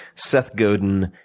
seth godin,